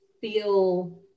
feel